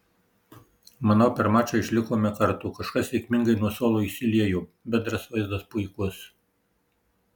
manau per mačą išlikome kartu kažkas sėkmingai nuo suolo įsiliejo bendras vaizdas puikus